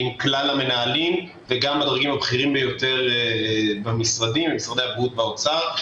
עם כלל המנהלים והדרגים הבכירים ביותר במשרדי הבריאות והאוצר.